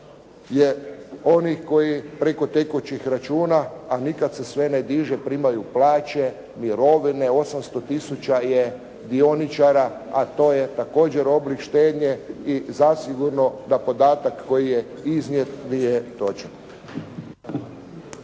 je onih koji preko tekućih računa, a nikad se sve ne diže, primaju plaće, mirovine, 800 tisuća je dioničara a to je također oblik štednje i zasigurno da podatak koji je iznijet nije točan.